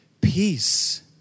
peace